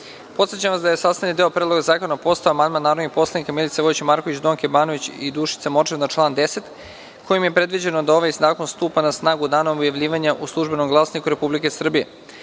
vas da je sastavni deo Predloga zakona postao amandman narodnih poslanika Milica Vojić Marković, Donka Banović i Dušica Morčev na član 10. kojim je predviđeno da ovaj zakon stupa na snagu danom objavljivanja „Službenom glasniku Republika Srbija“.Prema